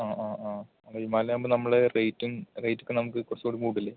ആ ആ ആ ഹിമാലയൻ ആകുമ്പോൾ നമ്മൾ റേറ്റും റേറ്റ് ഒക്കെ നമുക്ക് കുറച്ചുകൂടെ കൂടില്ലേ